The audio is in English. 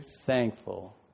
thankful